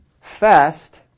fast